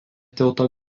tilto